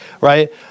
right